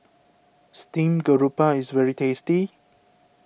Steamed Garoupa is very tasty